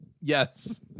Yes